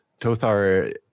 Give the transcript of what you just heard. Tothar